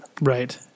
Right